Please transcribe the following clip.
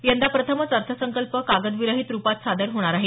यंदा प्रथमच अर्थसंकल्प कागदविरहित रुपात सादर होणार आहे